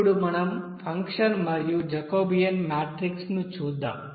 ఇప్పుడు మనం ఫంక్షన్ మరియు జాకోబియన్ మాట్రిక్ ను చూద్దాం